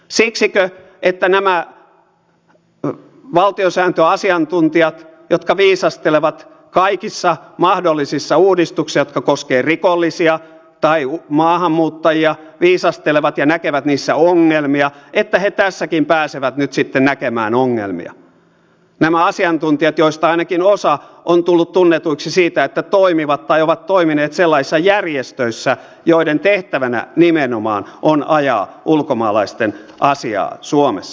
siksikö että nämä valtiosääntöasiantuntijat jotka viisastelevat kaikissa mahdollisissa uudistuksissa jotka koskevat rikollisia tai maahanmuuttajia viisastelevat ja näkevät niissä ongelmia tässäkin pääsevät nyt sitten näkemään ongelmia nämä asiantuntijat joista ainakin osa on tullut tunnetuksi siitä että toimivat tai ovat toimineet sellaisissa järjestöissä joiden tehtävänä nimenomaan on ajaa ulkomaalaisten asiaa suomessa